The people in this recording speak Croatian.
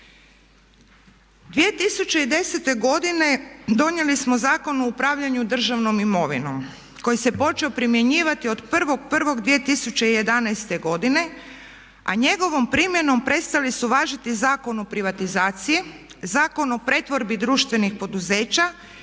2010. godine donijeli smo Zakon o upravljanju državnom imovinom koji se počeo primjenjivati od 1.01.2011. godine a njegovom primjenom prestali su važiti Zakon o privatizaciji, Zakon o pretvorbi društvenih poduzeća